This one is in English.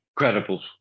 incredible